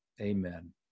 Amen